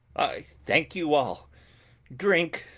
i thanke you all drinke,